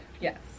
Yes